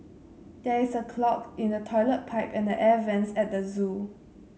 there is a clog in the toilet pipe and the air vents at the zoo